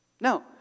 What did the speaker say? No